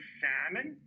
salmon